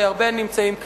והרבה נמצאים פה,